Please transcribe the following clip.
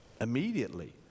immediately